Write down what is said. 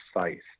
precise